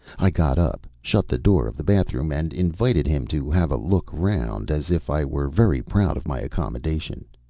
i got up, shut the door of the bathroom, and invited him to have a look round, as if i were very proud of my accommodation.